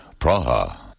Praha